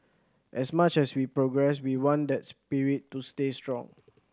as much as we progress we want that spirit to stay strong